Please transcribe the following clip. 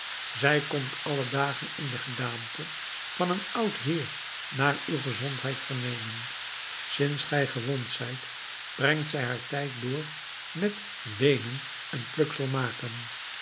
zij komt alle dagen in de gedaante van een oud heer naar uw gezondheid vernemen sinds gij gewond zijt brengt zij haar tijd door met weenen en pluksel te maken